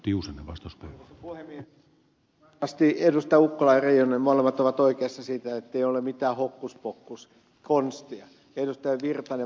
varmasti edustajat ukkola ja reijonen molemmat ovat oikeassa siinä että ei ole mitään hokkuspokkus konsteja ja ed